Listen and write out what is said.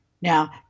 Now